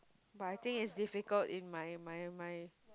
but I think it's difficult in my my my